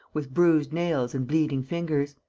with bruised nails and bleeding fingers.